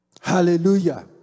Hallelujah